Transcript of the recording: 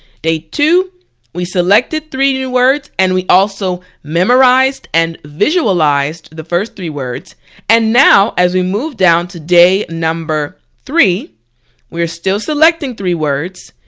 day two we selected three new words and we also memorized and visualized the first three words and now as we move down to day number three we're still selecting three words,